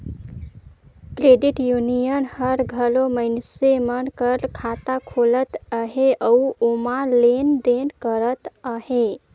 credit union हर घलो मइनसे मन कर खाता खोलत अहे अउ ओम्हां लेन देन करत अहे